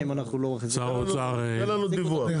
תן לנו דיווח.